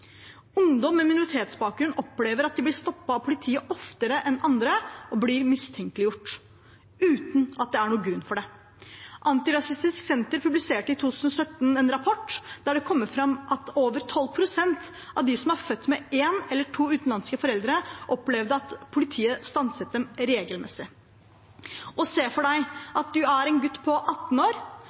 Ungdom med minoritetsbakgrunn opplever at de blir stoppet av politiet oftere enn andre og mistenkeliggjort, uten at det er noen grunn for det. Antirasistisk Senter publiserte i 2017 en rapport der det kommer fram at over 12 pst. av dem som er født med én eller to utenlandske foreldre, opplevde at politiet stanset dem regelmessig. Man kan se for seg en gutt på 18 år,